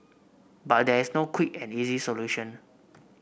but there is no quick and easy solution